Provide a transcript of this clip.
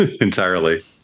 entirely